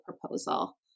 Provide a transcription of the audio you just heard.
proposal